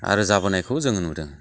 आरो जाबोनायखौ जों नुदों